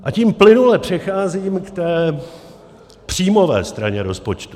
A tím plynule přecházím k té příjmové straně rozpočtu.